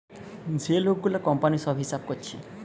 যে লোক গুলা কোম্পানির সব হিসাব কোরছে